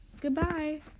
Goodbye